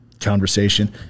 conversation